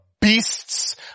beasts